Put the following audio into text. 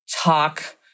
talk